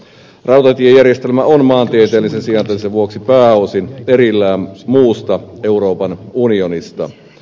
rautatiejärjestelmä on maantieteellisen sijaintinsa vuoksi pääosin erillään muusta euroopan unionista